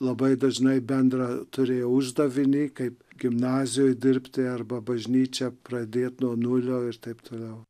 labai dažnai bendrą turėjo uždavinį kaip gimnazijoj dirbti arba bažnyčią pradėt nuo nulio ir taip toliau